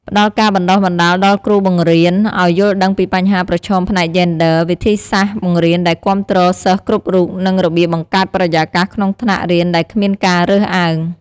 ផ្តល់ការបណ្តុះបណ្តាលដល់គ្រូបង្រៀនឱ្យយល់ដឹងពីបញ្ហាប្រឈមផ្នែកយេនឌ័រ វិធីសាស្រ្តបង្រៀនដែលគាំទ្រសិស្សគ្រប់រូប និងរបៀបបង្កើតបរិយាកាសក្នុងថ្នាក់រៀនដែលគ្មានការរើសអើង។